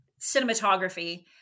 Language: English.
cinematography